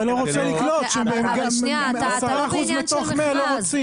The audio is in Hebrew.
אתה לא רוצה לקלוט ש-10% מתוך מאה לא רוצים.